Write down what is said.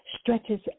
stretches